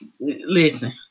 Listen